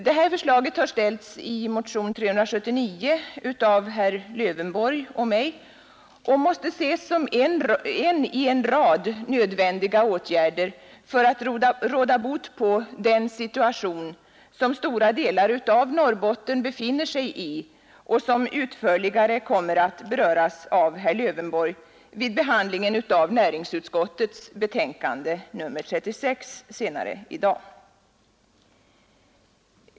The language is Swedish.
Det förslaget har framställts i motionen 379 av herr Lövenborg och mig, och det måste ses som en i en rad av nödvändiga åtgärder för att råda bot på den situation som stora delar av Norrbotten befinner sig i och som utförligare kommer att beröras av herr Lövenborg vid behandlingen av näringsutskottets betänkande nr 36 senare i dag.